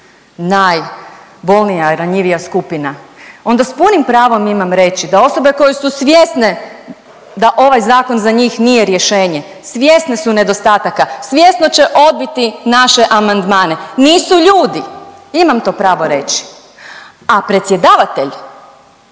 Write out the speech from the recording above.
najbolnija, ranjivija skupina, onda s punim pravom imam reći da osobe koje su svjesne da ovaj zakon za njih nije rješenje, svjesne su nedostataka, svjesno će odbiti naše amandmane, nisu ljudi, imam to pravo reći, a predsjedavatelj